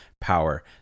power